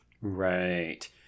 Right